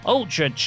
Ultra